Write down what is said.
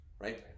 Right